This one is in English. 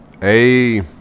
Hey